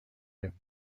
him